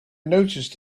noticed